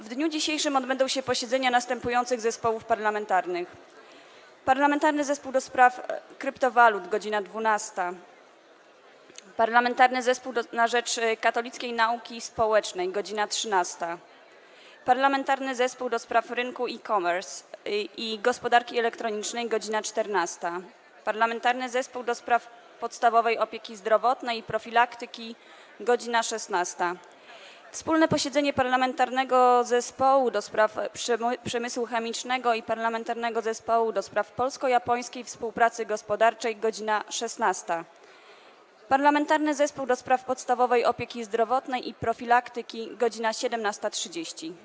W dniu dzisiejszym odbędą się posiedzenia następujących zespołów parlamentarnych: - Parlamentarnego Zespołu ds. kryptowalut - godz. 12, - Parlamentarnego Zespołu na rzecz Katolickiej Nauki Społecznej - godz. 13, - Parlamentarnego Zespołu ds. Rynku E-commerce i Gospodarki Elektronicznej - godz. 14, - Parlamentarnego Zespołu ds. Podstawowej Opieki Zdrowotnej i Profilaktyki - godz. 16, - wspólne posiedzenie Parlamentarnego Zespołu ds. Przemysłu Chemicznego i Parlamentarnego Zespołu ds. Polsko-Japońskiej Współpracy Gospodarczej - godz. 16, - Parlamentarnego Zespołu ds. Podstawowej Opieki Zdrowotnej i Profilaktyki - godz. 17.30.